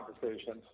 conversations